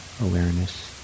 awareness